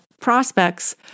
prospects